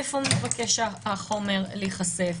איפה מבקש החומר להיחשף,